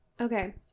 Okay